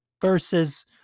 versus